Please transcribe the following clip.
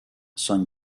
son